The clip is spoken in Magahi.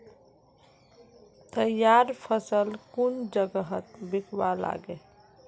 तैयार फसल कुन जगहत बिकवा लगे?